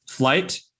flight